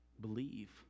believe